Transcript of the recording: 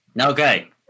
okay